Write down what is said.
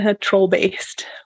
troll-based